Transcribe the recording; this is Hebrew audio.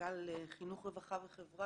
סמנכ"ל חינוך רווחה וחברה.